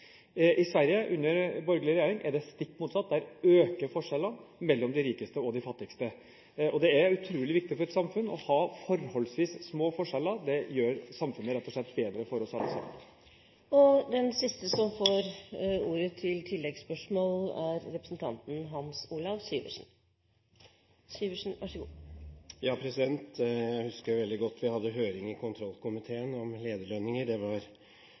I Sverige, under den borgerlige regjeringen, er det stikk motsatt, der øker forskjellene mellom de rikeste og de fattigste. Det er utrolig viktig for et samfunn å ha forholdsvis små forskjeller – det gjør samfunnet rett og slett bedre for oss alle. Hans Olav Syversen – til siste oppfølgingsspørsmål. Jeg husker veldig godt at vi hadde høring i kontrollkomiteen om lederlønninger – det er vel tre år siden, så det har ikke akkurat vært noe strakstiltak dette, det